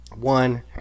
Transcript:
One